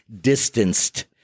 distanced